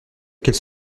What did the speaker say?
quels